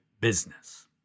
business